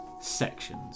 sections